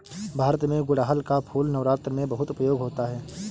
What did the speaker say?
भारत में गुड़हल का फूल नवरात्र में बहुत उपयोग होता है